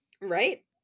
right